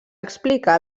explicar